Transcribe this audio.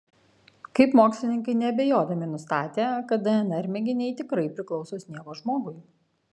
kaip mokslininkai neabejodami nustatė kad dnr mėginiai tikrai priklauso sniego žmogui